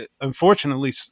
unfortunately